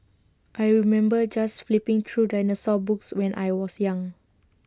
I remember just flipping through dinosaur books when I was young